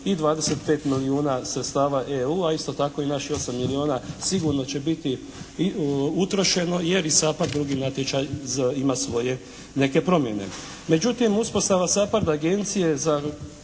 i 25 milijuna sredstava EU, isto tako i naših 8 milijuna sigurno će biti utrošeno. Jer i SAPARD drugi natječaj ima svoje neke promjene. Međutim uspostava SAPARD agencije za